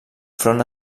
front